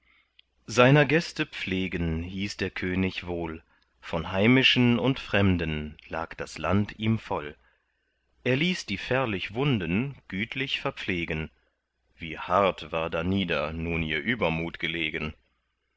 seiner gäste pflegen hieß der könig wohl von heimischen und fremden lag das land ihm voll er ließ die fährlichwunden gütlich verpflegen wie hart war danieder nun ihr übermut gelegen